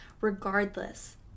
regardless